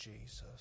Jesus